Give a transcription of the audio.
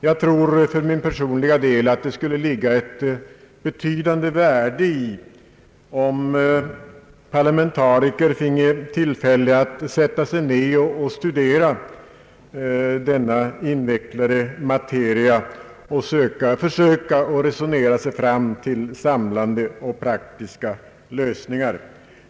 Jag tror att det skulle ligga ett betydande värde i att parlamentariker finge tillfälle att sätta sig ned och studera denna invecklade materia och försöka resonera sig fram till samlande och praktiska lösningar.